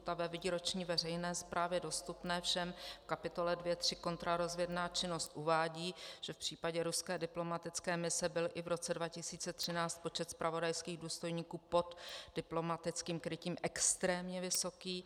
Ta ve výroční veřejné zprávě dostupné všem v kapitole 2.3 Kontrarozvědná činnost uvádí, že v případě ruské diplomatické mise byl i v roce 2013 počet zpravodajských důstojníků pod diplomatickým krytím extrémně vysoký.